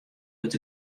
wurdt